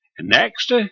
Next